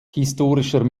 historischer